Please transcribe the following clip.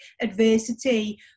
adversity